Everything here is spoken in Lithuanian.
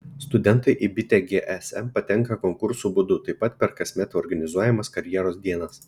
studentai į bitę gsm patenka konkursų būdu taip pat per kasmet organizuojamas karjeros dienas